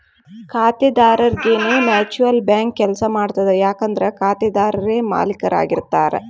ಖಾತೆದಾರರರಿಗೆನೇ mutual bank ಕೆಲ್ಸ ಮಾಡ್ತದ ಯಾಕಂದ್ರ ಖಾತೆದಾರರೇ ಮಾಲೇಕರಾಗಿರ್ತಾರ